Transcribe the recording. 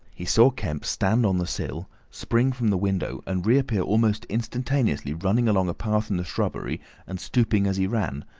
he saw kemp stand on the sill, spring from the window, and reappear almost instantaneously running along a path in the shrubbery and stooping as he ran,